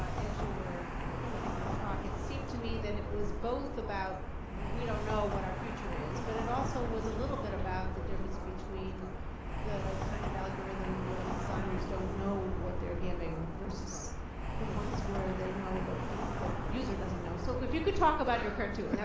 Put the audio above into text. as you were giving the talk, it seemed to me that it was both about, we don't know what our future is, but it also was a little bit about the difference between the kind of algorithm where the designers don't know what they're giving versus the ones where they know what but the user doesn't know. so if you could talk about your cartoon yeah